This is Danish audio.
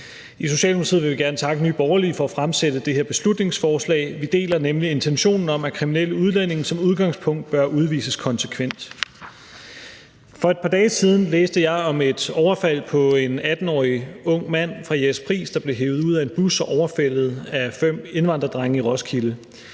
I Socialdemokratiet vil vi gerne takke Nye Borgerlige for at fremsætte det her beslutningsforslag. Vi deler nemlig intentionen om, at kriminelle udlændinge som udgangspunkt bør udvises konsekvent. For et par dage siden læste jeg om et overfald på en 18-årig ung mand fra Jægerspris, der blev hevet ud af en bus og overfaldet af fem indvandrerdrenge i Roskilde.